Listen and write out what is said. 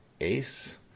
Ace